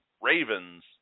Ravens